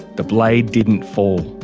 the blade didn't fall.